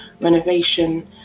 renovation